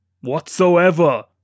Whatsoever